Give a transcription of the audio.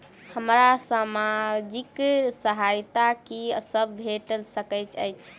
हमरा सामाजिक सहायता की सब भेट सकैत अछि?